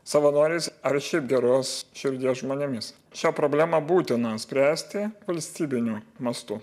savanoriais ar šiaip geros širdies žmonėmis šią problemą būtina spręsti valstybiniu mastu